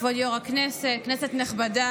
כבוד יו"ר הישיבה, כנסת נכבדה,